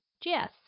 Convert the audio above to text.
Jess